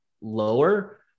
lower